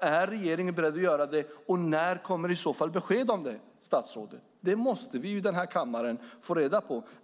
Är regeringen beredd att göra det? När kommer i så fall besked om det, statsrådet? Det måste vi ju i den här kammaren få reda på.